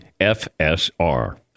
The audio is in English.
FSR